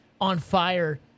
on-fire